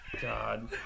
God